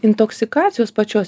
intoksikacijos pačios